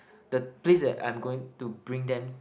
the place that I'm going to bring them